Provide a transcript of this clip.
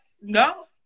No